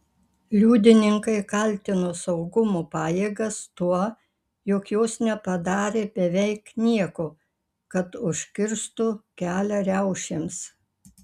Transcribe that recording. liudininkai kaltino saugumo pajėgas tuo jog jos nepadarė beveik nieko kad užkirstų kelią riaušėms